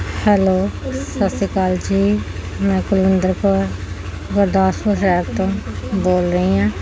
hello ਸਤਿ ਸ਼੍ਰੀ ਅਕਾਲ ਜੀ ਮੈਂ ਕੁਲਵਿੰਦਰ ਕੌਰ ਗੁਰਦਾਸਪੁਰ ਸ਼ਹਿਰ ਤੋਂ ਬੋਲ ਰਹੀ ਹਾਂ